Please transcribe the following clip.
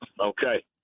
Okay